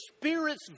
Spirit's